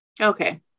Okay